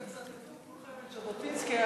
בשביל שתצטטו כולכם את ז'בוטינסקי,